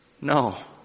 No